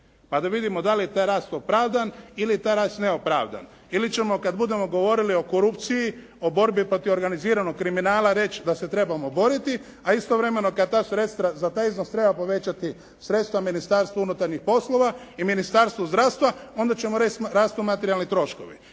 pa da vidimo da li je taj rast opravdan ili je taj rast neopravdan. Ili ćemo kada budemo govorili o korupciji, o borbi protiv organiziranog kriminala reći da se trebamo boriti, a istovremeno kada ta sredstva, za taj iznos treba povećati sredstva Ministarstvu unutarnjih poslova i Ministarstvu zdravstva, onda ćemo reći rastu materijalni troškovi.